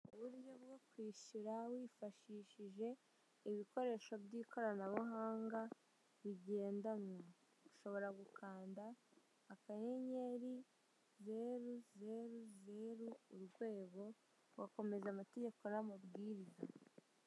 Uburyo bwo kwishyura wifashishije ibikoresho by'ikoranabuhanga rigendanwa ushobora gukanga akanyenyeri zeru zeru zeru urwego ugakomeza amategeko n'amabwiriza.